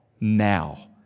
now